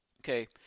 Okay